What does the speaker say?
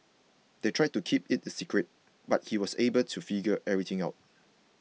they tried to keep it a secret but he was able to figure everything out